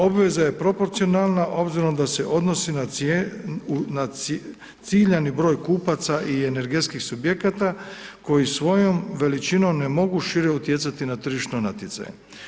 Obveza je proporcionalna obzirom da se odnosi na ciljani broj kupaca i energetskih subjekata koji svojom veličinom ne mogu šire utjecati na tržišno natjecanje.